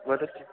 वदतु